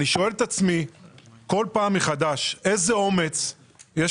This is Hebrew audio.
אני שואל את עצמי כל פעם מחדש איזה אומץ יש